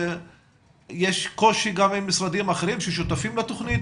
יש קושי גם עם משרדים אחרים ששותפים לתוכנית?